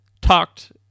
talked